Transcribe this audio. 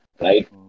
right